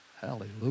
Hallelujah